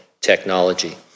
technology